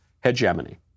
hegemony